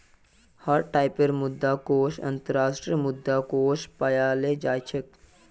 हर टाइपेर मुद्रा कोष अन्तर्राष्ट्रीय मुद्रा कोष पायाल जा छेक